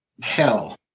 hell